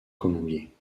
colombier